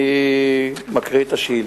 אני מקריא את השאילתא.